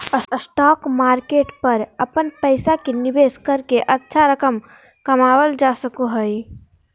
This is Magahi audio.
स्टॉक मार्केट पर अपन पैसा के निवेश करके अच्छा रकम कमावल जा सको हइ